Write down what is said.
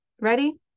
Ready